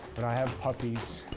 but i have puppies.